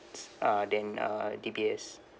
uh than uh D_B_S